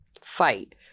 fight